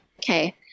Okay